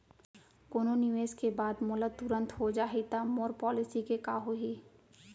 कोनो निवेश के बाद मोला तुरंत हो जाही ता मोर पॉलिसी के का होही?